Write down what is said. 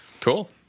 Cool